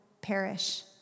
perish